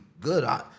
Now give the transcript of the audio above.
good